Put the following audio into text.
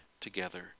together